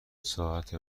ساعت